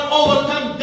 overcome